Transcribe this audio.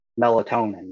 melatonin